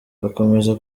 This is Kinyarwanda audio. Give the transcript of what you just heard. bakomeza